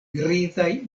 grizaj